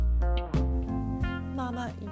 Mama